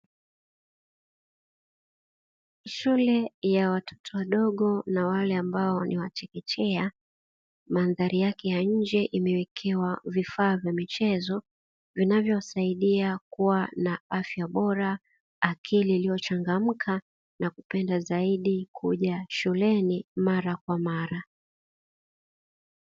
Shule ya watoto wadogo na wale ambao ni wa chekechea. Mandhari yake ya nje imewekewa vifaa vya michezo vinavyosaidia kuwa na afya bora, akili iliyochangamka, na kupenda zaidi kuja shuleni mara kwa mara.